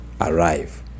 arrive